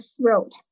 throat